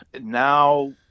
now